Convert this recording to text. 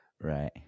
Right